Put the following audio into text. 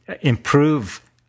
improve